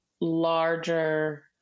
larger